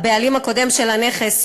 הבעלים הקודם של הנכס,